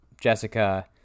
Jessica